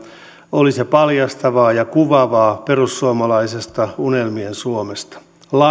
oli se paljastavaa ja kuvaavaa perussuomalaisesta unelmien suomesta